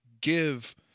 give